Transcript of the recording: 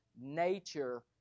nature